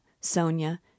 Sonia